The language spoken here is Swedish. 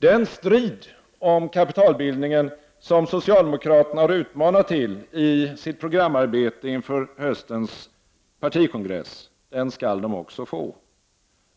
Den strid om kapitalbildningen som socialdemokraterna har utmanat till i sitt programarbete inför höstens partikongress skall de också få.